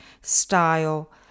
style